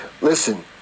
Listen